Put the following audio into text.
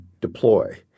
deploy